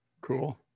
Cool